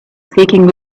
seeking